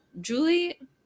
Julie